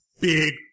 big